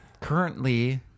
currently